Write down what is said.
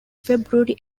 february